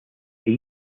they